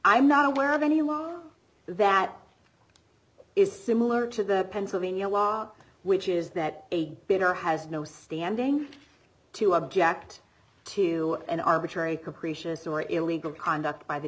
i'm not aware of any law that it's similar to the pennsylvania law which is that a bitter has no standing to object to an arbitrary capricious or illegal conduct by the